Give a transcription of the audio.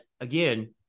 again